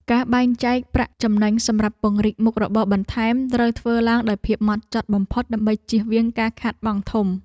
ការបែងចែកប្រាក់ចំណេញសម្រាប់ពង្រីកមុខរបរបន្ថែមត្រូវធ្វើឡើងដោយភាពហ្មត់ចត់បំផុតដើម្បីជៀសវាងការខាតបង់ធំ។